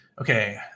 Okay